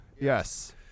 Yes